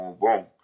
boom